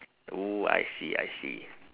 oo I see I see